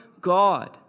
God